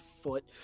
foot